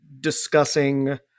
discussing